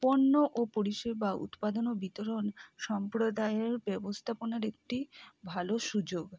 পণ্য ও পরিষেবা উৎপাদন ও বিতরণ সম্প্রদায়ের ব্যবস্থাপনার একটি ভালো সুযোগ